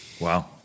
Wow